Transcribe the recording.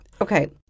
Okay